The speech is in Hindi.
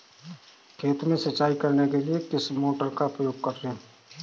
खेत में सिंचाई करने के लिए किस मोटर का उपयोग करें?